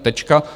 Tečka.